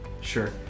sure